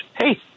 hey